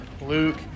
Luke